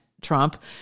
Trump